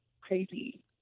crazy